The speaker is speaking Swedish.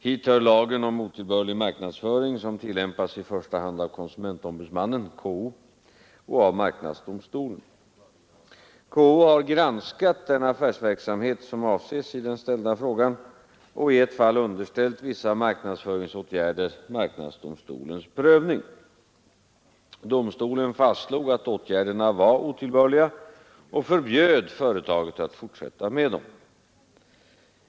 Hit hör lagen om otillbörlig marknadsföring, som tillämpas i första hand av konsumentombudsmannen och av marknadsdomstolen. KO har granskat den affärsverksamhet, som avses i den ställda frågan, och i ett fall underställt vissa marknadsföringsåtgärder marknadsdomstolens prövning. Domstolen fastslog att åtgärderna var otillbörliga och förbjöd företaget att fortsätta med dem.